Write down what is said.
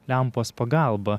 lempos pagalba